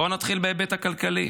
בואו נתחיל בהיבט הכלכלי,